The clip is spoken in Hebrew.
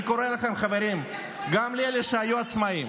אני קורא לכם, חברים, גם לאלה שהיו עצמאים